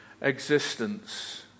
existence